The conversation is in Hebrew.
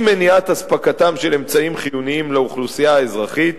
אי-מניעת אספקתם של אמצעים חיוניים לאוכלוסייה האזרחית,